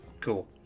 Cool